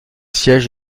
siège